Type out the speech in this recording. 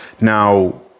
Now